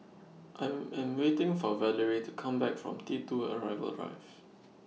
I'm I'm waiting For Valery to Come Back from T two Arrival Drive